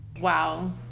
wow